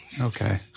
Okay